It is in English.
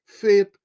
faith